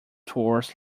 tours